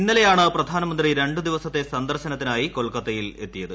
ഇന്നലെയാണ് പ്രധാനമന്ത്രി രണ്ട് ദിവസത്തെ സന്ദർശനത്തിനായി കൊൽക്കത്തയിൽ എത്തിയത്